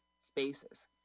spaces